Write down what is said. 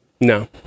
no